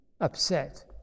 upset